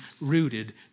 rooted